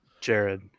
Jared